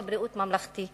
ממלכתי.